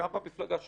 גם במפלגה שלנו.